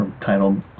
titled